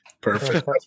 Perfect